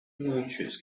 launchers